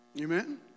Amen